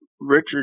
Richard